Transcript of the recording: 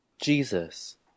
Jesus